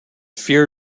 fear